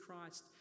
Christ